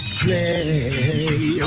play